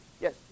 Yes